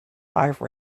five